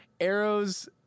Arrows